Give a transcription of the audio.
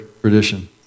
tradition